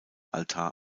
altar